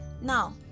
now